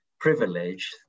privilege